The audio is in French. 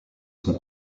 son